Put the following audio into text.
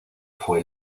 fue